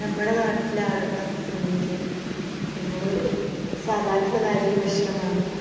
നമ്മളെ നാട്ടിലെ ആളുകളൊക്കെ തിന്നുന്നത് നമ്മൾ സാധാ തിന്നുന്ന അരി ഭക്ഷണമാണ്